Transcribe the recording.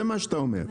זה מה שאתה אומר.